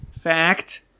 Fact